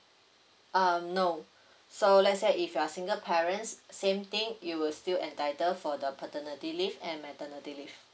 um no so let's say if you are single parents same thing you would still entitled for the paternity leave and maternity leave